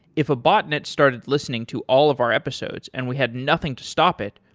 if a botnet started listening to all of our episodes and we had nothing to stop it,